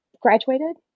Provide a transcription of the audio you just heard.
graduated